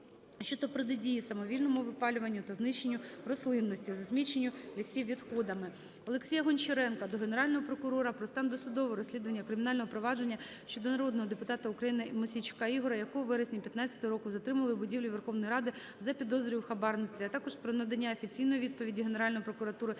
щодо протидії самовільному випалюванню та знищенню рослинності, засміченню лісів відходами. Олексія Гончаренка до Генерального прокурора про стан досудового розслідування кримінального провадження щодо народного депутата України Мосійчука Ігоря, якого у вересні 2015 року затримували в будівлі Верховної Ради за підозрою у хабарництві, а також про надання офіційної відповіді Генеральної прокуратури